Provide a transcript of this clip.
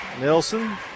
Nelson